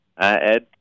Ed